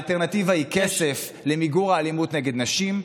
האלטרנטיבה היא כסף למיגור האלימות נגד נשים,